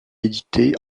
éditées